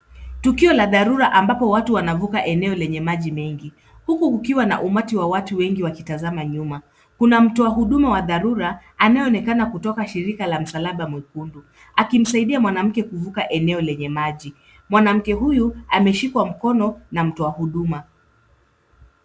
Tukio la dharura ambapo watu wanavuka eneo lenye maji mengi, huku kukiwa na umati wa watu wengi wakitazama nyuma. Kuna mtu wa huduma wa dharura, anayeonekana kutoka shirika la msalaba mwekundu, akimsaidia mwanamke kuvuka eneo lenye maji. Mwanamke huyu ameshikwa mkono na mtu wa huduma.